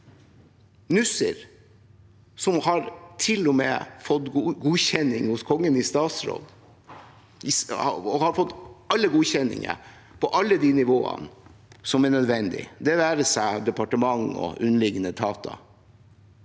Nussir, som til og med har fått godkjenning hos Kongen i statsråd, som har fått alle godkjenninger på alle de nivåene som er nødvendig – det være seg departement eller underliggende etater